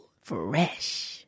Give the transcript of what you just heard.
Fresh